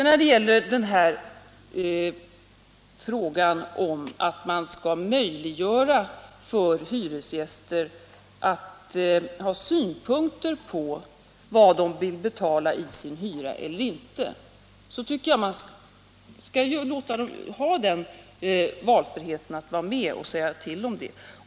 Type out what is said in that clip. När det gäller frågan om att möjliggöra för hyresgäster att ha synpunkter på vad de vill betala eller inte betala i hyra tycker jag att man skall låta dem ha den valfriheten.